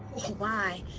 why?